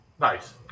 Nice